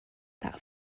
that